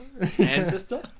ancestor